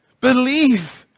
Believe